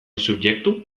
subjektu